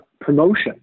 promotion